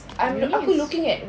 uni is